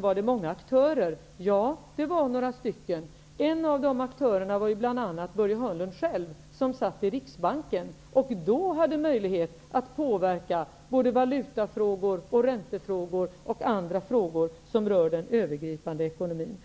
var det många aktörer, säger Börje Hörnlund. Ja, det var några stycken, och en av dem var Börje Hörnlund själv, som satt i Riksbanken och då hade möjlighet att påverka både valutafrågor, räntefrågor och andra frågor om den övergripande ekonomin.